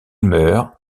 meurt